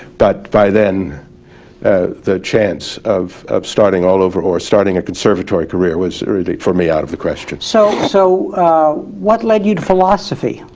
but by then the chance of starting all over or starting a conservatory career was for me out of the question. so so what led you to philosophy?